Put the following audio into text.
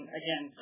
again